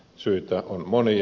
syitä on monia